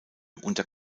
unter